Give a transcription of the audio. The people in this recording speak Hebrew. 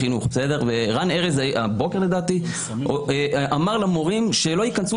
והבוקר רן ארז אמר למורים שלא ייכנסו